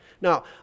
Now